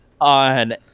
on